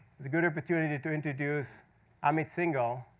is a good opportunity to introduce amit singhal,